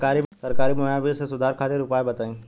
सरकारी मुहैया बीज में सुधार खातिर उपाय बताई?